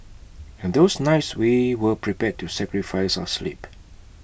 and those nights we were prepared to sacrifice our sleep